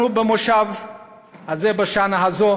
אנחנו במושב הזה,